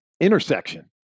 intersection